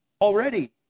Already